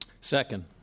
Second